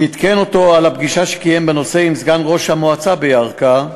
ועדכן אותו על הפגישה שקיים בנושא עם סגן ראש המועצה בירכא.